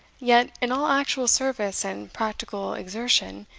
yet, in all actual service and practical exertion,